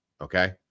okay